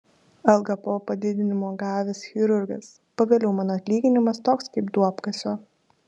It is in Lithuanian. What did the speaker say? algą po padidinimo gavęs chirurgas pagaliau mano atlyginimas toks kaip duobkasio